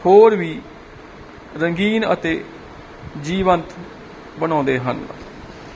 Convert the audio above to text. ਹੋਰ ਵੀ ਰੰਗੀਨ ਅਤੇ ਜੀਵੰਤ ਬਣਾਉਂਦੇ ਹਨ